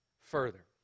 further